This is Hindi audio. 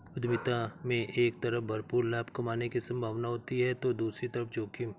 उद्यमिता में एक तरफ भरपूर लाभ कमाने की सम्भावना होती है तो दूसरी तरफ जोखिम